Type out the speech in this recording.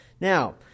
Now